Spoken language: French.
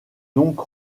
donc